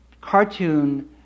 cartoon